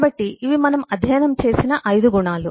కాబట్టి ఇవి మనం అధ్యయనం చేసిన 5 గుణాలు